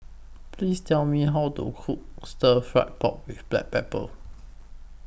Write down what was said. Please Tell Me How to Cook Stir Fried Pork with Black Pepper